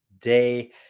day